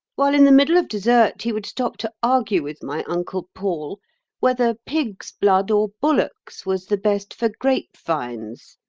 while in the middle of dessert he would stop to argue with my uncle paul whether pig's blood or bullock's was the best for grape vines.